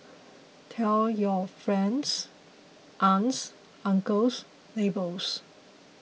tell your friends aunts uncles neighbours